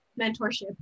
mentorship